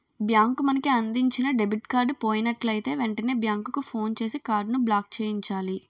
bank మనకు అందించిన debit card పోయినట్లయితే వెంటనే బ్యాంకుకు ఫోన్ చేసి కార్డును బ్లాక్చేయించాలి